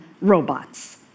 robots